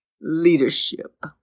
leadership